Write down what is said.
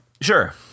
Sure